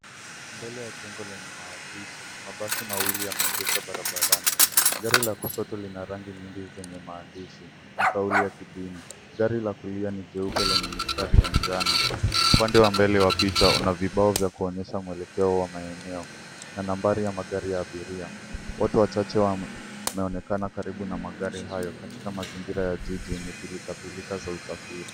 Mbele ya jengo lenye maandishi, na mabasi mawili yameegeshwa barabarani. Gari la kushoto lina rangi nyingi zenye maandishi na kauli ya kidini, gari la kulia lina jeupe lenye mistari ya njano. Upande wa mbele wa picha una vibao vya kuonyesha mwelekeo wa maeneo na nambari za magari ya abiria. Watu wachache wanaonekana karibu na magari hayo katika mazingira ya jiji yenye pilikapilika za usafiri.